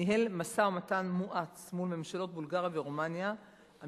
ניהל משא-ומתן מואץ מול ממשלות בולגריה ורומניה על